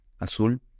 azul